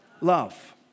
love